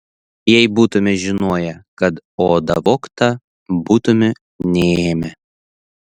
jei būtume žinoję kad oda vogta būtume neėmę